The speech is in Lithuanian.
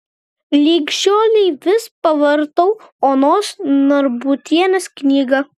lig šiolei vis pavartau onos narbutienės knygą